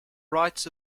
rights